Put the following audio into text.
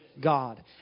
God